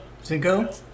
Cinco